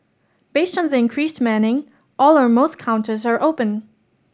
based on the increased manning all or most counters are open